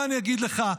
מה אני אגיד לך?